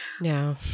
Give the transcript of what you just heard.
no